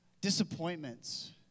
disappointments